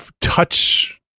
touch